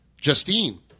Justine